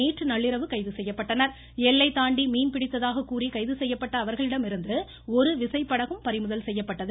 நேற்று நள்ளிரவு கைது எல்லை தாண்டி மீன் பிடித்ததாக கூறி கைது செய்யப்பட்ட அவர்களிடமிருந்து ஒரு விசைப்படகும் பறிமுதல் செய்யப்பட்டது